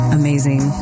amazing